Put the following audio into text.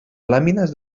làmines